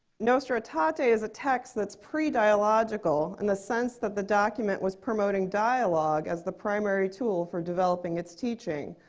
nostra aetate ah is a text that's pre-dialogical in the sense that the document was promoting dialogue as the primary tool for developing its teaching.